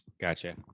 gotcha